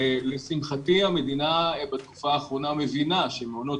לשמחתי המדינה בתקופה האחרונה מבינה שמעונות